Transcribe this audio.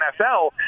NFL